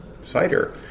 cider